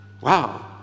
wow